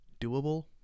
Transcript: doable